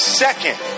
second